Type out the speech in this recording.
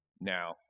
Now